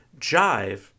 Jive